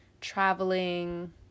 traveling